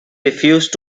refused